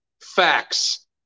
Facts